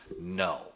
No